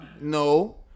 no